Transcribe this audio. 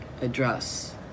address